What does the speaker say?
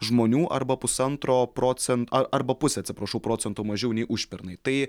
žmonių arba pusantro procen ar arba pusę atsiprašau procento mažiau nei užpernai tai